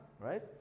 right